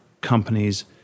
companies